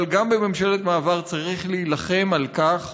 אבל גם בממשלת מעבר צריך להילחם על כך